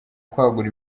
kwagura